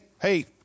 hey